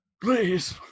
Please